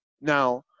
Now